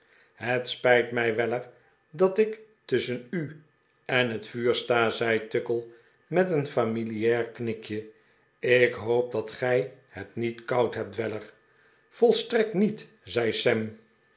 het spijt mij weller dat ik tusschen u en het'vuur sta zei tuckle met een familiaar knikje ik hoop dat gij het niet koud hebt weller volstrekt niet zei